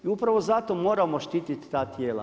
I upravo zato moramo štiti ta tijela.